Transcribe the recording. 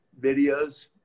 videos